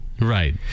Right